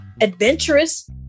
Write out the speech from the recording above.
adventurous